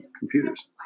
computers